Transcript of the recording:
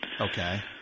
Okay